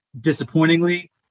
disappointingly